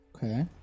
Okay